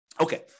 Okay